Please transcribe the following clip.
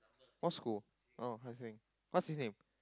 what school oh Hai Sing what's his name